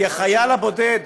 כי החייל הבודד,